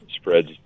spreads